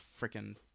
freaking